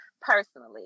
personally